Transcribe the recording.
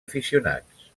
aficionats